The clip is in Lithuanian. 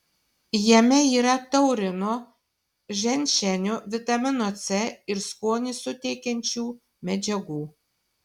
jame yra taurino ženšenio vitamino c ir skonį suteikiančių medžiagų